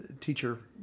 teacher